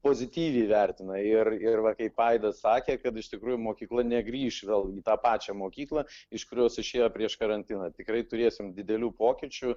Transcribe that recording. pozityviai vertina ir ir va kaip aidas sakė kad iš tikrųjų mokykla negrįš vėl į tą pačią mokyklą iš kurios išėjo prieš karantiną tikrai turėsim didelių pokyčių